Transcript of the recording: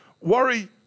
Worry